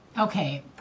Okay